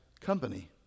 company